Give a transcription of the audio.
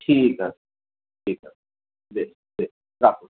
ঠিক আছে ঠিক আছে বেশ বেশ রাখ